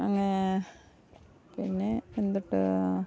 അങ്ങനെ പിന്നെ എന്തുട്ടാ